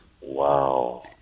wow